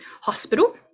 Hospital